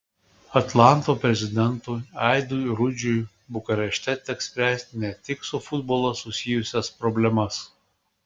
atlanto prezidentui aidui rudžiui bukarešte teks spręsti ne tik su futbolu susijusias problemas